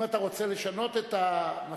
אם אתה רוצה לשנות את המצב